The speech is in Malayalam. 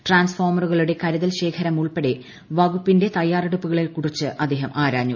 ട്രൊൻസ്ഫോമറുകളുടെ കരുതൽ ശേഖരം ഉൾപ്പെടെ വകുപ്പിന്റെ ്തയ്യാറെടുപ്പുകളെക്കുറിച്ച് അദ്ദേഹം ആരാഞ്ഞു